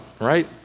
right